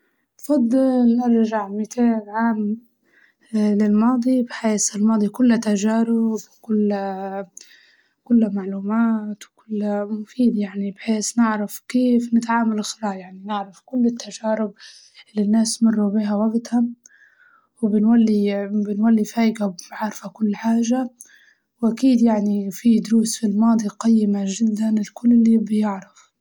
أفضل زر إيقاف الزمن بحيس نعمل كل حاجة فيها كل حاجة نبي نحققها، ونعرف ونعمل كل حاجة بحيس إنه نوقف زمني على كل حاجة نعم- نعملها وبعدين بنولي نرجع الزمن مرة أخ- مرة تانية تكون أعمل تكون كل اللي نفسي فيه الأول.